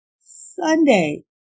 Sunday